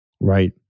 Right